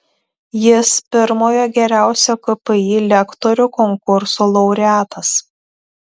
jis pirmojo geriausio kpi lektorių konkurso laureatas